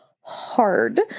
hard